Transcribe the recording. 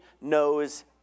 knows